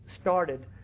started